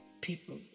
people